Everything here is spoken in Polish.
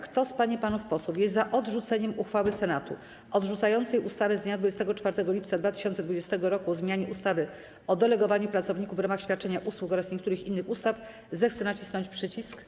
Kto z pań i panów posłów jest za odrzuceniem uchwały Senatu odrzucającej ustawę z dnia 24 lipca 2020 r. o zmianie ustawy o delegowaniu pracowników w ramach świadczenia usług oraz niektórych innych ustaw, zechce nacisnąć przycisk.